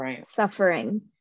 suffering